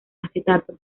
acetato